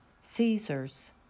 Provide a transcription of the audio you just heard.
Caesar's